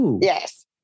Yes